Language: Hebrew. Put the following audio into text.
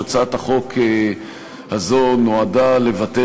הצעת החוק הזו נועדה לבטל,